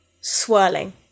swirling